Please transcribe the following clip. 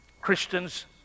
Christians